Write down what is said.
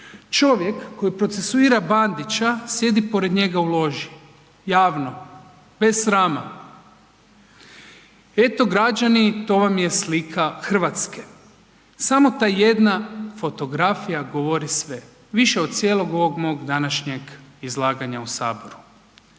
Čovjek koji procesuira Bandića sjedi pored njega u loži, javno, bez srama. Eto građani to vam je slika Hrvatske. Samo ta jedna fotografija govori sve više od cijelog ovog mog današnjeg izlaganja u saboru.